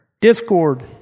Discord